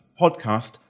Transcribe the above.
Podcast